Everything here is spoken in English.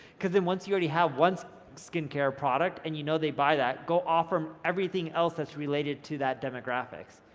cause then once you already have one skincare product and you know they'd buy that, go offer em everything else that's related to that demographic.